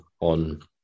on